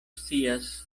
scias